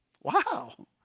Wow